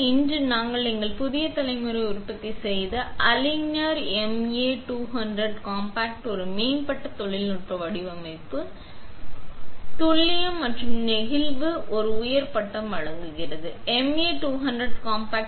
இன்று நான் எங்கள் புதிய தலைமுறை உற்பத்தி செய்த அலிங்கினீர் MA200 காம்பாக்ட் ஒரு மேம்பட்ட தொழில்நுட்ப வடிவமைப்பு பொருந்தாத துல்லியம் மற்றும் நெகிழ்வு ஒரு உயர் பட்டம் வழங்குகிறது Ma200 காம்பாக்ட்